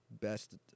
best